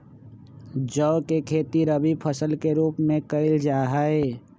जौ के खेती रवि फसल के रूप में कइल जा हई